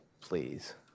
please